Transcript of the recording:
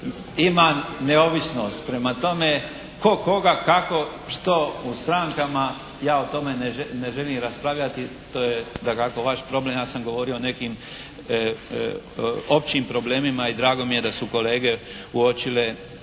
imam neovisnost. Prema tome, tko koga, kako, što u strankama ja o tome ne želim raspravljati. To je dakako vaš problem. Ja sam govorio o nekim općim problemima i drago mi je da su kolege uočile